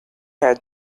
had